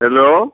hello